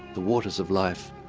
the waters of life,